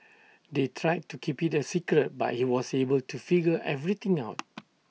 they tried to keep IT A secret but he was able to figure everything out